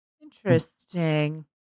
Interesting